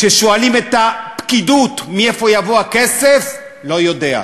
כששואלים את הפקידות מאיפה יבוא הכסף, לא יודע.